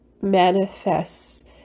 manifests